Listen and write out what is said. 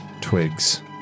twigs